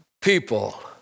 people